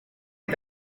est